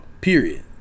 period